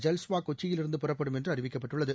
ஜல்ஷ்வா கொச்சியிலிருந்து புறப்படும் என்று அறிவிக்கப்பட்டுள்ளது